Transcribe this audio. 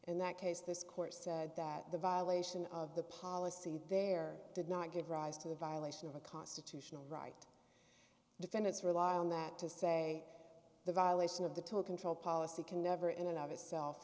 in that case this court said that the violation of the policy there did not give rise to the violation of a constitutional right defendant's rely on that to say the violation of the toll control policy can never in and of itself